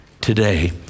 today